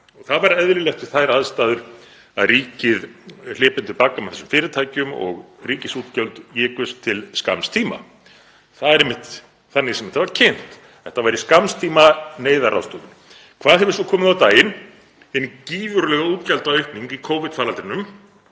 Það var eðlilegt við þær aðstæður að ríkið hlypi undir bagga með þessum fyrirtækjum og ríkisútgjöld ykjust til skamms tíma. Það er einmitt þannig sem þetta var kynnt; þetta væri skammtíma neyðarráðstöfun. Hvað hefur svo komið á daginn? Hin gífurlega útgjaldaaukning í Covid-faraldrinum,